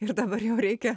ir dabar jau reikia